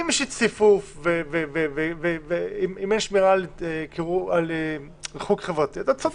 אם יש ציפוף ואי שמירה על ריחוק חברתי, אתה צודק.